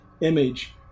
image